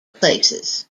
places